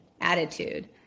attitude